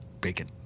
bacon